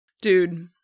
dude